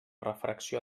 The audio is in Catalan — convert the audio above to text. refracció